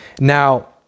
Now